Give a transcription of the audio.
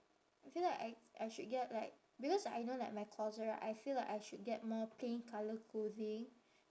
I feel like I I should get like because I know like my closet right I feel like I should get more plain colour clothing